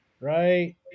Right